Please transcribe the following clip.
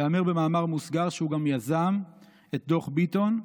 ייאמר במאמר מוסגר שהוא גם יזם את דוח ביטון,